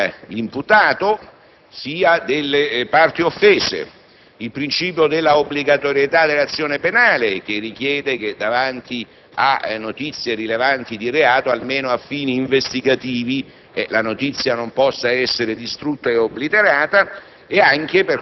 sia dell'imputato sia delle parti offese; il principio della obbligatorietà dell'azione penale, che richiede che davanti a notizie rilevanti di reato, almeno a fini investigativi, la notizia non possa essere distrutta e obliterata